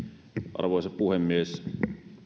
arvoisa puhemies